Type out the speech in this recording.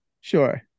Sure